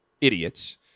idiots